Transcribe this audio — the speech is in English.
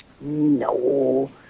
No